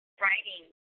writing